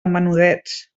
menudets